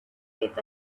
with